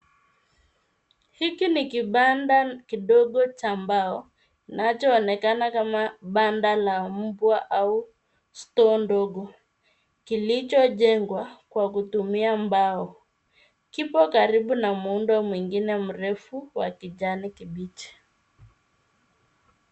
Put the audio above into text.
Hiki ni kibanda kidogo cha mbao, kinacho onekana kama banda la mbwa au store ndogo, kilichojengwa kwa kutumia mbao. Kipo karibu na muundo mwingine mrefu wa kijani kibichi.